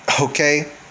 Okay